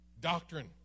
doctrine